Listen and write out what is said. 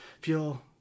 feel